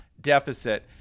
deficit